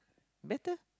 better